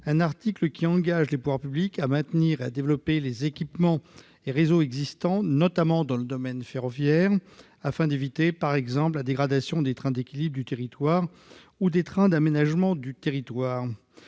un article qui engage les pouvoirs publics à maintenir et à développer les équipements et réseaux existants, notamment dans le domaine ferroviaire, afin d'éviter, par exemple, la dégradation des trains d'équilibre du territoire ou des trains d'aménagement du territoire,